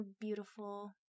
beautiful